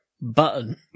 Button